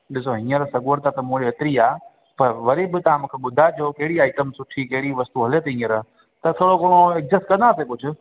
ॾिसो हींअर सगोड़ त मूं वटि हेतिरी आहे पर वरी बि तव्हां मूंखे ॿुधाइजो कहिड़ी आइटम सुठी कहिड़ी वस्तू हले थी हींअर त थोरो घणो एडजस्ट कंदासीं कुझु